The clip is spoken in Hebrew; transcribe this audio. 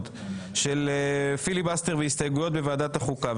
של פיליבסטר והסתייגויות בוועדת החוקה,